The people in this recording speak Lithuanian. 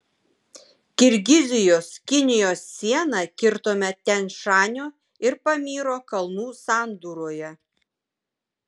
kirgizijos kinijos sieną kirtome tian šanio ir pamyro kalnų sandūroje